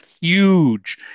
huge